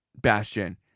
Bastion